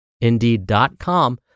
indeed.com